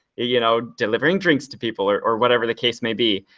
you know, delivering drinks to people or or whatever the case may be.